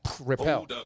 Repel